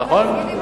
נכון?